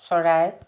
চৰাই